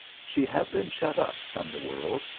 she had been shut up from the world,